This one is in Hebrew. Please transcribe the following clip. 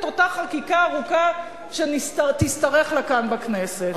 אותה חקיקה ארוכה שתשתרך לה כאן בכנסת.